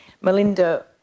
Melinda